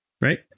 right